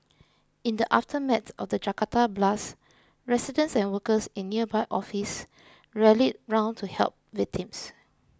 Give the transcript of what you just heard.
in the aftermath of the Jakarta blasts residents and workers in nearby offices rallied round to help victims